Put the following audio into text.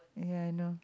ya I know